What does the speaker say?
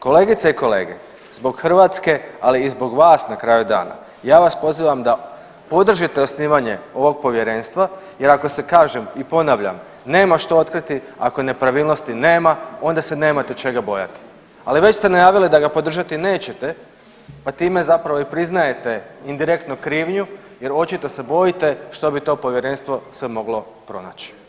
Kolegice i kolege, zbog Hrvatske, ali i zbog vas na kraju dana ja vas pozivam da podržite osnivanje ovog povjerenstva jer ako se kažem i ponavljam nema što otkriti ako nepravilnosti nema onda se nemate čega bojati, ali već ste najavili da ga podržati nećete, pa time zapravo i priznajete indirektno krivnju jer očito se bojite što bi to povjerenstvo sve moglo pronaći.